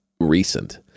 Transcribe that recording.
recent